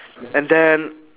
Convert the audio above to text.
and then